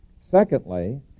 Secondly